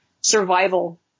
survival